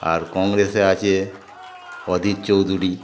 আর কংগ্রেসে আছে অধীর চৌধুরী